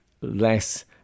less